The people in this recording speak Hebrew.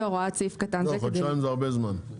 חודשיים זה הרבה זמן.